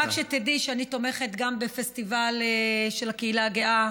רק שתדעי שאני תומכת גם בפסטיבל של הקהילה הגאה.